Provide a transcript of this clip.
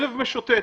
כלב משוטט,